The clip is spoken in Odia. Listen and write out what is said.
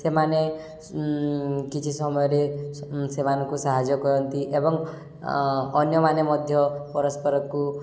ସେମାନେ କିଛି ସମୟରେ ସେମାନଙ୍କୁ ସାହାଯ୍ୟ କରନ୍ତି ଏବଂ ଅନ୍ୟମାନେ ମଧ୍ୟ ପରସ୍ପରକୁ